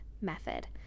method